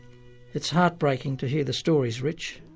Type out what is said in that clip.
it's heartbreaking to hear the stories, rich.